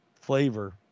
flavor